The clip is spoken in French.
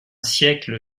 siècle